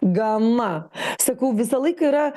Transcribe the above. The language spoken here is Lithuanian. gana sakau visąlaik yra